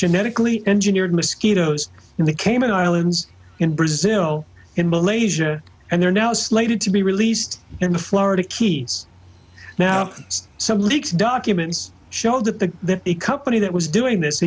genetically engineered mosquitoes in the cayman islands in brazil in malaysia and they're now slated to be released in the florida keys now some leaks documents show that the a company that was doing this